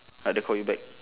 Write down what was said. takde call you back